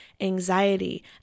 anxiety